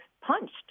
punched